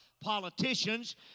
politicians